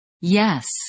Yes